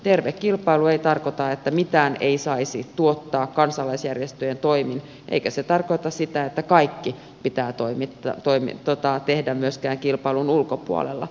terve kilpailu ei tarkoita että mitään ei saisi tuottaa kansalaisjärjestöjen toimin eikä se tarkoita myöskään sitä että kaikki pitää tehdä kilpailun ulkopuolella